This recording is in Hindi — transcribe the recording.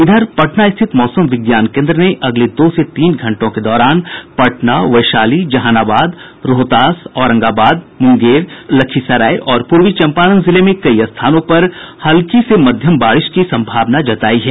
इधर पटना स्थित मौसम विज्ञान केन्द्र ने अगले दो घंटों से तीन के दौरान पटना वैशाली जहानाबाद रोहतास औरंगाबाद मुंगेर लखीसराय और पूर्वी चम्पारण जिले में कई स्थानों पर हल्की से मध्यम बारिश की सम्भावना जतायी है